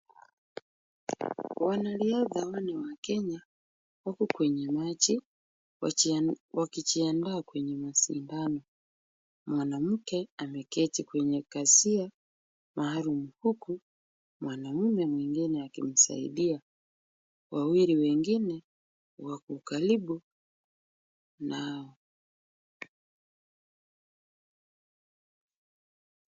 Wanariadha ambao ni wakenya wako kwenye maji wakijiandaa kwenye mashindano. Mwanamke ameketi kwenye kasia mahali huku mwanaume mwingine akimsaidia. Wawili wengine wako karibu nao.